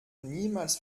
niemals